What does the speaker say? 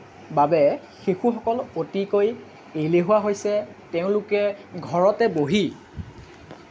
বাবে শিশুসকল অতিকৈ এলেহুৱা হৈছে তেওঁলোকে ঘৰতে বহি